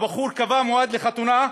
והבחור קבע מועד לחתונה,